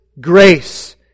grace